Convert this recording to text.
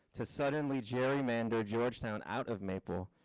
to suddenly gerrymander georgetown out of maple.